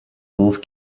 golf